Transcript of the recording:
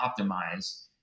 optimize